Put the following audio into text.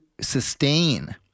sustain